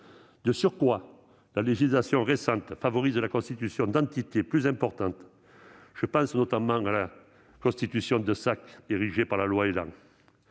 De surcroît, la législation récente favorise la constitution d'entités plus importantes. Je pense notamment à la constitution des sociétés de coordination